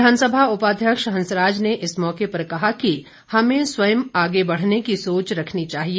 विधानसभा उपाध्यक्ष हंसराज ने इस मौके पर कहा कि हमें स्वयं आगे बढ़ने की सोच रखनी चाहिए